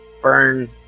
burn